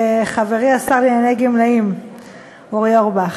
וחברי השר לענייני גמלאים אורי אורבך,